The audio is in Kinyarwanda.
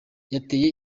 yateye